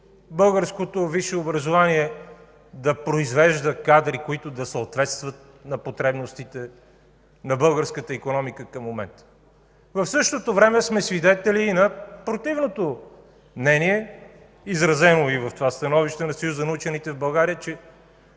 българското висше образование да произвежда кадри, които да съответстват на потребностите на българската икономика към момента. В същото време сме свидетели и на противното мнение, изразено и в това становище на Съюза на учените в България, че